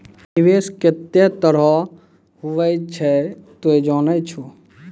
निवेश केतै तरह रो हुवै छै तोय जानै छौ